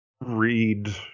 read